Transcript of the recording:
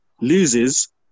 loses